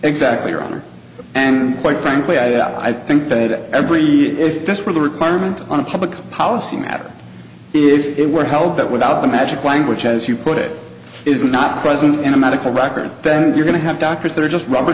exactly your honor and quite frankly i that i think that every if this were the requirement on a public policy matter if it were held that without the magic language as you put it is not present in a medical record then you're going to have doctors that are just rubber